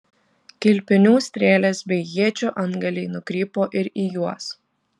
kilpinių strėlės bei iečių antgaliai nukrypo ir į juos